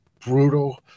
brutal